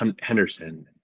Henderson